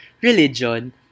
Religion